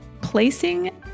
placing